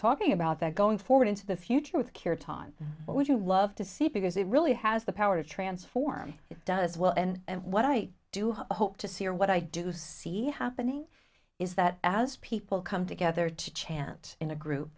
talking about that going forward into the future with cure time what would you love to see because it really has the power to transform does well and what i do hope to see or what i do see happening is that as people come together to chant in a